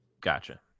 Gotcha